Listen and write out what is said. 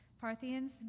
Parthians